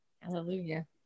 Hallelujah